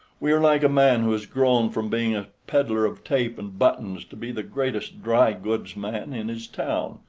we are like a man who has grown from being a peddler of tape and buttons to be the greatest dry-goods-man in his town,